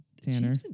Tanner